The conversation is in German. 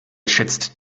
schätzt